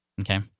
Okay